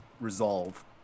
resolve